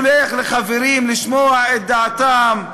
שולח לחברים לשמוע את דעתם,